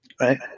right